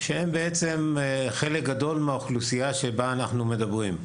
שהם בעצם חלק גדול מהאוכלוסייה שעליה אנחנו מדברים.